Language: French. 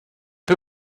peu